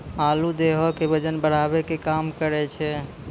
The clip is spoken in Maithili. आलू देहो के बजन बढ़ावै के काम करै छै